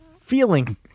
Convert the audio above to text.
feeling